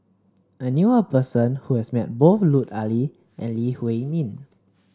I knew a person who has met both Lut Ali and Lee Huei Min